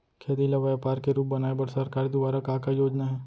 खेती ल व्यापार के रूप बनाये बर सरकार दुवारा का का योजना हे?